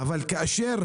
אבל כאשר